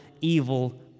evil